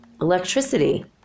electricity